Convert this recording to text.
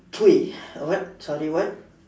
what sorry what